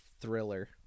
thriller